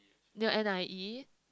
near N_I_E